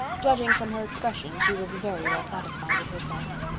judging from her expression she was very well satisfied with herself.